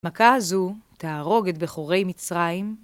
מכה זו תהרוג את בכורי מצרים.